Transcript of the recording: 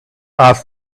asked